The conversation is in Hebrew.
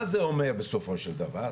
מה זה אומר בסופו של דבר,